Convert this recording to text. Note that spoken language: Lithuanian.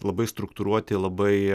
labai struktūruoti labai